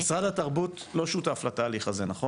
משרד התרבות, לא שותף לתהליך הזה, נכון?